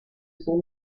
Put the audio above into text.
son